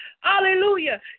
Hallelujah